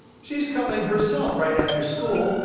she's coming herself right after school,